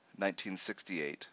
1968